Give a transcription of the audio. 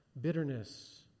bitterness